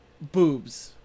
boobs